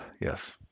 Yes